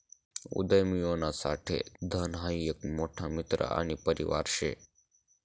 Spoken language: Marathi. उदयमियोना साठे धन हाई एक मोठा मित्र आणि परिवार शे